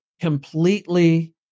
completely